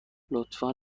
لطفا